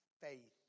faith